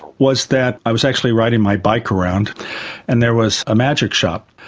was that i was actually riding my bike around and there was a magic shop.